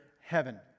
heaven